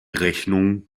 rechnung